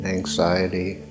anxiety